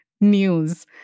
news